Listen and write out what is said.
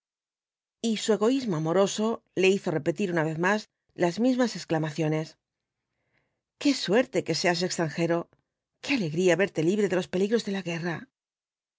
y su egoísmo amoroso le hizo repetir una vez más las mismas exclamaciones qué suerte que seas extranjero qué alegría verte libre de los peligros de la guerra